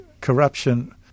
corruption